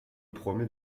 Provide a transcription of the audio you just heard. promet